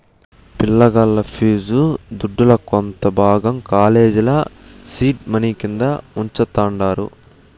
పిలగాల్ల ఫీజు దుడ్డుల కొంత భాగం కాలేజీల సీడ్ మనీ కింద వుంచతండారు